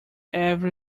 every